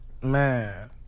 Man